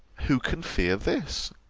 who can fear this.